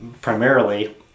primarily